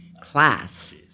class